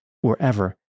wherever